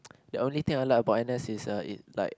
the only thing I like about n_s is uh it like